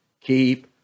keep